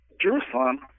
Jerusalem